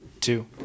two